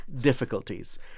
difficulties